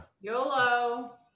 YOLO